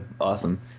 awesome